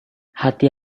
hati